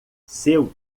seu